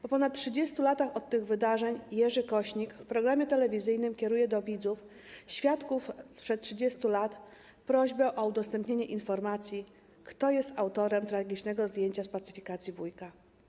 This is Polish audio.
Po ponad 30 latach od tych wydarzeń Jerzy Kośnik w programie telewizyjnym skierował do widzów, świadków wydarzeń sprzed 30 lat prośbę o udostępnienie informacji, kto jest autorem tragicznego zdjęcia z pacyfikacji Wujka.